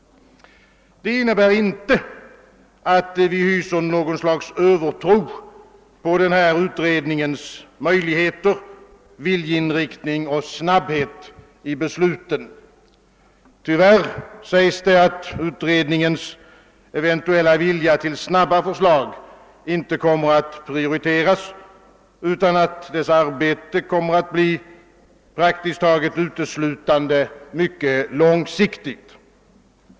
Det innebär inte att vi hyser något slags övertro på denna utrednings möjligheter, viljeinriktning och snabbhet i besluten. Tyvärr sägs det att utredningens eventuella vilja till snabba förslag inte kommer att prioriteras, utan att dess arbete kommer att bli praktiskt taget uteslutande mycket långsiktigt.